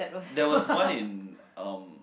there was one in um